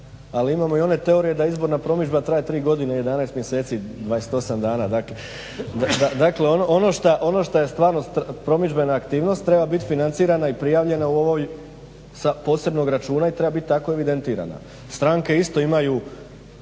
Ali imamo i one teorije da izborna promidžba traje 3 godine i 11 mjeseci, 28 dana. Dakle, ono što je stvarno promidžbena aktivnost treba biti financirana i prijavljena u ovoj sa posebnog računa i treba biti tako i evidentirana.